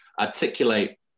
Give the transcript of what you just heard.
articulate